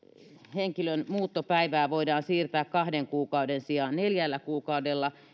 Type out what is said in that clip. henkilön muuttopäivää voidaan siirtää kahden kuukauden sijaan neljällä kuukaudella